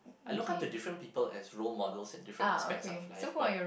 I look up to different people as role models in different aspects of life